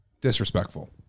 Disrespectful